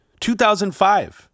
2005